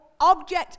object